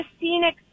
scenic